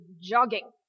jogging